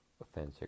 authentic